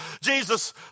Jesus